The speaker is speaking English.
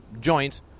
joint